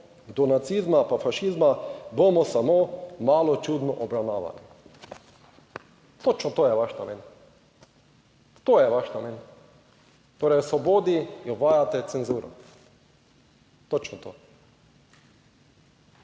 do nacizma, fašizma, bomo samo malo čudno obravnavani." Točno to je vaš namen, to je vaš namen. Torej, v svobodi uvajate cenzuro. Točno to.